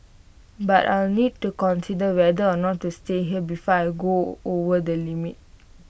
but I'll need to consider whether or not to stay here before I go over the limit